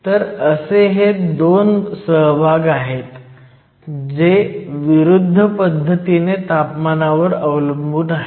तर असे हे 2 सहभाग आहेत जे विरुद्ध पद्धतीने तापमानावर अवलंबून आहेत